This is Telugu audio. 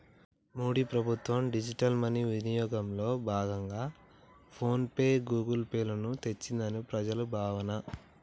మోడీ ప్రభుత్వం డిజిటల్ మనీ వినియోగంలో భాగంగా ఫోన్ పే, గూగుల్ పే లను తెచ్చిందని ప్రజల భావన